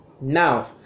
Now